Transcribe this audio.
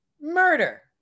murder